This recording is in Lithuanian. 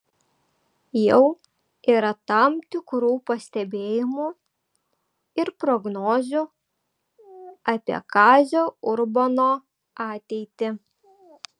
jau yra tam tikrų pastebėjimų ir prognozių apie kazio urbono ateitį